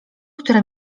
które